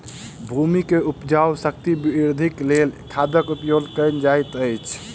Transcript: भूमि के उपजाऊ शक्ति वृद्धिक लेल खादक उपयोग कयल जाइत अछि